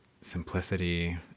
simplicity